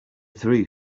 three